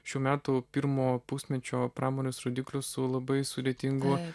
šių metų pirmo pusmečio pramonės rodiklius su labai sudėtingu